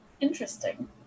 interesting